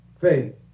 faith